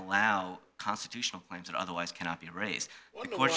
allow constitutional claims that otherwise cannot be a race or